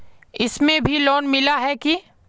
इसमें भी लोन मिला है की